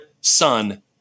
son